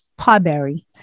Pawberry